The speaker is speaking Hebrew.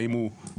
האם הוא רשאי,